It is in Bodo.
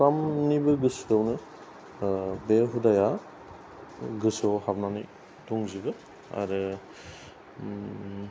साफ्रोमनिबो गोसोआवनो बे हुदाया गोसोआव हाबनानै दंजोबो आरो